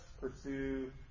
pursue